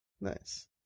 Nice